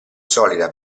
solida